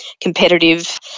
competitive